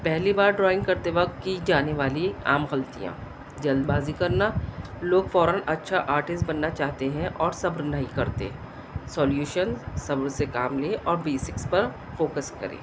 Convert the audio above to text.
پہلی بار ڈرائنگ کرتے وقت کی جانے والی عام غلطیاں جلد بازی کرنا لوگ فوراً اچھا آرٹسٹ بننا چاہتے ہیں اور صبر نہیں کرتے سولیوشن صبر سے کام لے اور بیسکس پر فوکس کریں